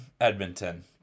Edmonton